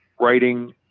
writing